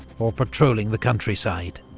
or patrolling the countryside.